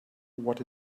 what